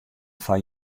foar